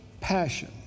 passion